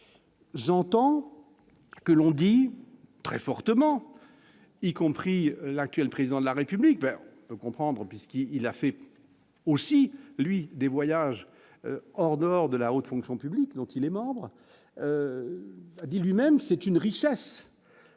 j'entends que l'on dit très fortement, y compris l'actuel président de la République peut comprendre puisqu'il il a fait aussi des voyages hors d'or de la haute fonction. Public dont il est membre, a dit lui-même, c'est une richesse.